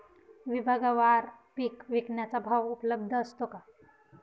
विभागवार पीक विकण्याचा भाव उपलब्ध असतो का?